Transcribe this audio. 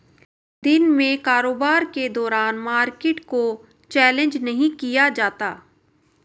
दिन में कारोबार के दौरान मार्केट को चैलेंज नहीं किया जाता